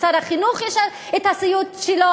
לשר החינוך יש הסיוט שלו,